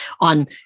on